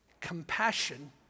compassion